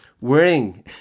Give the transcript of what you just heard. wearing